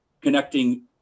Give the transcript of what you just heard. connecting